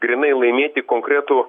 grynai laimėti konkretų